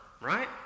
right